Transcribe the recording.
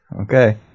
Okay